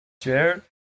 Jared